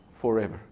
forever